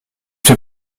fait